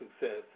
success